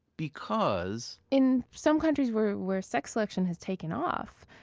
because in some countries where where sex selection has taken off,